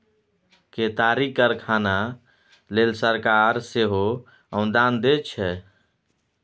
केतारीक कारखाना लेल सरकार सेहो अनुदान दैत छै